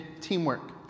teamwork